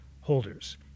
holders